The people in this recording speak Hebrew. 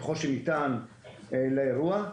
ככל שניתן, לאירוע.